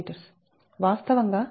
వాస్తవంగా ఇది ట్రాన్స్పోజ్ చేసినది